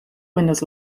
windows